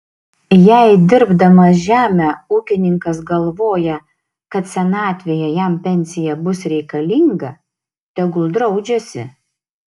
jei dirbdamas žemę ūkininkas galvoja kad senatvėje jam pensija bus reikalinga tegul draudžiasi